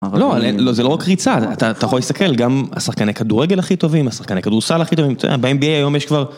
לא, זה לא רק ריצה, אתה יכול להסתכל, גם השחקני כדורגל הכי טובים, השחקני כדורסל הכי טובים, ב-NBA היום יש כבר...